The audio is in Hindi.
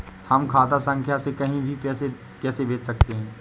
हम खाता संख्या से कहीं भी पैसे कैसे भेज सकते हैं?